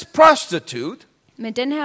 prostitute